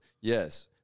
Yes